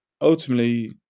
ultimately